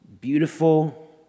beautiful